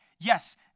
Yes